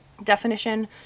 definition